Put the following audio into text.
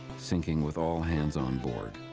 sinking with all hands on board.